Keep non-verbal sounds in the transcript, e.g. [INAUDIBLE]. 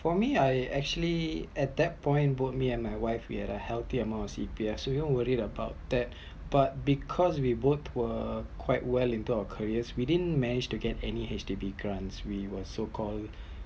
for me I actually at that point both me and my wife we have a healthy amount of CPF so won't worried about that [BREATH] but because we both were quite well in term of careers we didn't manage to get any HDB grant we were so called [BREATH]